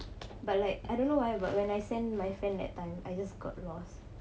but like I don't know why but when I send my friend that time I just got lost